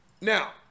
Now